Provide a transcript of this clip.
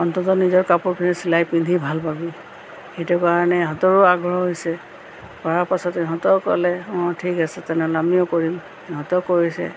অন্ততঃ নিজৰ কাপোৰখিনি চিলাই পিন্ধি ভাল পাবি সেইটো কাৰণে সিহঁতৰো আগ্ৰহ হৈছে কৰা পাছত ইহঁতেও ক'লে অঁ ঠিক আছে তেনেহ'লে আমিও কৰিম ইহঁতেও কৰিছে